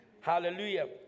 hallelujah